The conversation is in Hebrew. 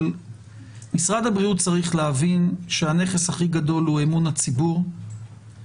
אבל משרד הבריאות צריך להבין שהנכס הכי גדול הוא אמון הציבור ואמון